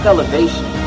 Elevation